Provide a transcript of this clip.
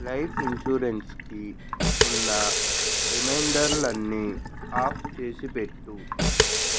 life ఇన్సూరెన్స్కి ఉన్న రిమైండర్లు అన్నీ ఆఫ్ చేసిపెట్టుము